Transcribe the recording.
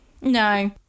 No